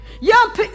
Young